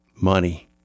money